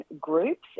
groups